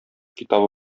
китабы